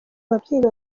ababyeyi